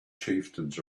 chieftains